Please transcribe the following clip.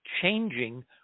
changing